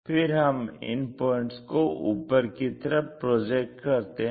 फिर हम इन पॉइंट्स को ऊपर की तरफ प्रोजेक्ट करते हैं